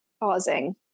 pausing